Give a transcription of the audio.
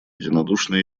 единодушно